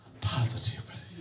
positivity